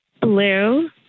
Blue